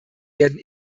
werden